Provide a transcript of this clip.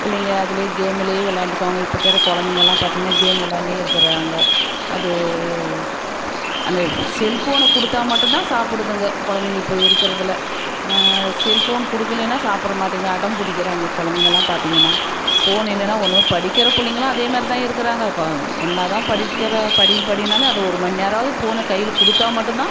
பிள்ளைங்க அதுலே கேம்முலே விளாண்டுக்குவாங்க இப்போ இருக்குற குழந்தைங்கள்லாம் பார்த்தீங்கன்னா கேம் விளாண்டுன்னே இருக்குகிறாங்க அது அந்த செல்போனை கொடுத்தா மட்டும் தான் சாப்பிடுதுங்க குழந்தைங்க இப்போ இருக்கறதில் செல்ஃபோன் கொடுக்கலேன்னா சாப்பிட மாட்டேங்குது அடம்பிடிக்கிறாங்க குழந்தைங்கள்லாம் பார்த்தீங்கன்னா போன் இல்லேன்னா ஒன்றுமே படிக்கிற பிள்ளைங்களும் அதே மாதிரி தான் இருக்குகிறாங்க கொ என்ன தான் படிக்கிற படி படின்னாலும் அந்த ஒரு மணி நேரமாவது ஃபோனை கையில் கொடுத்தா மட்டும் தான்